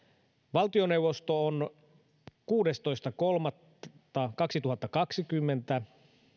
valtioneuvosto on kuudestoista kolmatta kaksituhattakaksikymmentä